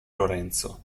lorenzo